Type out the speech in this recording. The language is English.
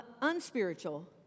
unspiritual